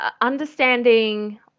understanding